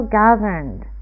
governed